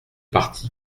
parti